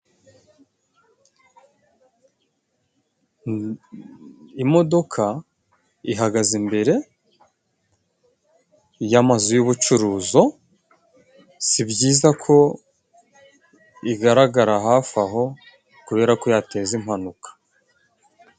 Imodoka ihagaze imbere y'amazu yubucuruzi. Si byiza ko igaragara hafi aho kubera ko yateza impanuka.